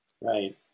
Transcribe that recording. Right